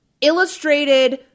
illustrated